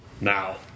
Now